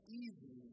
easy